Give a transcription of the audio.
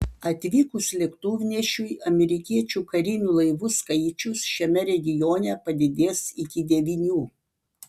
atvykus lėktuvnešiui amerikiečių karinių laivų skaičius šiame regione padidės iki devynių